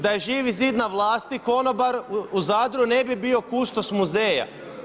Da je Živi zid na vlasti konobar u Zadru ne bi bio kustos muzeja.